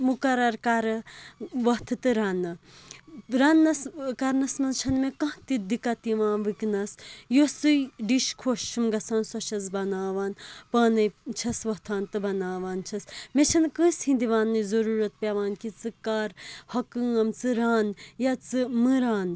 مُقرر کَرٕ وۄتھٕ تہٕ رَنہٕ رنٛنَس کَرنَس منٛز چھَنہٕ مےٚ کانٛہہ تہِ دِقت یِوان وٕنۍکٮ۪نَس یۄسٕے ڈِش خۄش چھُم گَژھان سۄ چھَس بَناوان پانَے چھَس وۄتھان تہٕ بَناوان چھَس مےٚ چھَنہٕ کٲنٛسہِ ہِنٛدِ ونٛنٕچ ضٔروٗرت پٮ۪وان کہِ ژٕ کَر ہۄ کٲم ژٕ رَن یا ژٕ مہٕ رَن